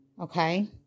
Okay